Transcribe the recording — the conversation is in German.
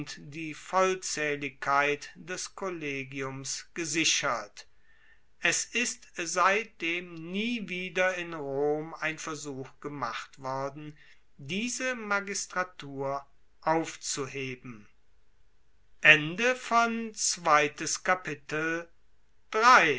die vollzaehligkeit des kollegiums gesichert es ist seitdem nie wieder in rom ein versuch gemacht worden diese magistratur aufzuheben